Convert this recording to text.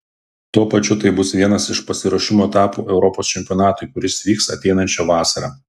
tuo pačiu tai bus vienas iš pasiruošimo etapų europos čempionatui kuris vyks ateinančią vasarą